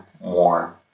more